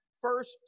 first